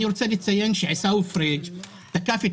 אני רוצה לציין שעיסאווי פריג' תקף את